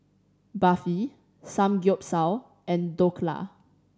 Barfi Samgyeopsal and Dhokla